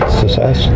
success